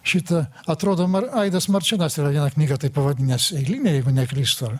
šita atrodom ar aidas marčėnas yra vieną knygą taip pavadinęs eilinė jeigu neklystu ar